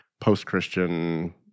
post-Christian